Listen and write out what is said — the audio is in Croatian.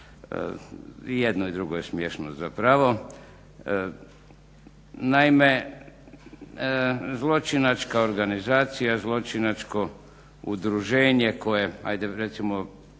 jedno i drugo je smiješno zapravo. Naime, zločinačka organizacija, zločinačko udruženje koje hajde recimo